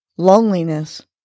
Loneliness